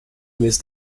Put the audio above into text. missed